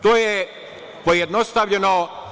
To je pojednostavljeno.